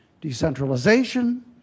decentralization